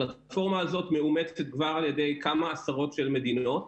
הפלטפורמה הזו מאומצת כבר על ידי כמה עשרות מדינות,